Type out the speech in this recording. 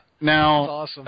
now